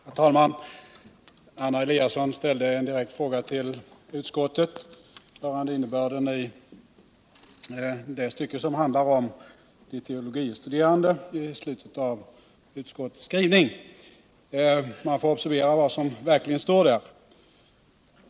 Herr talman! Anna Eliasson ställde en direkt fråga till utskottet rörande innebörden i det stycke i slutet av utskottets skrivning som handlar om teologie studerande. Man får observera vad som verkligen står där.